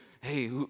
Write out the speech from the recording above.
hey